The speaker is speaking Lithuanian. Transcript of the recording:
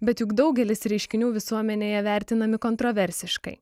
bet juk daugelis reiškinių visuomenėje vertinami kontroversiškai